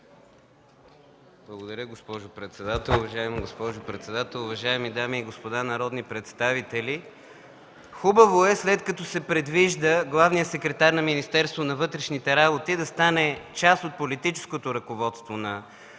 Благодаря, госпожо председател. Уважаема госпожо председател, уважаеми дами и господа народни представители! Хубаво е, след като се предвижда главният секретар на Министерството на вътрешните работи да стане част от политическото ръководство на